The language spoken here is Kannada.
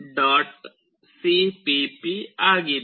cpp ಆಗಿದೆ